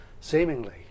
Seemingly